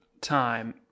time